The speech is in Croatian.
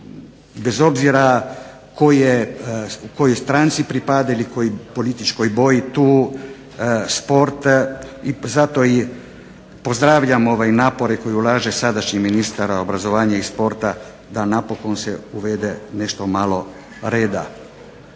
bez obzira kojoj stranci pripada ili kojoj političkoj boji. Zato i pozdravljam napore koje ulaže sadašnji ministar obrazovanja i sporta da napokon se uvede nešto malo reda